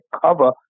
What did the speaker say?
cover